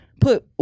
put